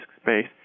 space